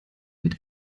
mit